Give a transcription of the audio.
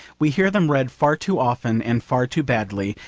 we hear them read far too often and far too badly,